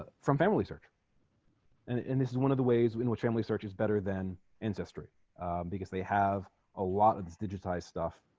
ah from familysearch and and this is one of the ways in which family search is better than ancestry because they have a lot of this digitized stuff